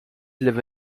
live